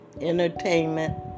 entertainment